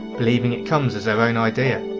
believing it comes as their own idea.